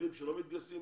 חרדים שלא מתגייסים,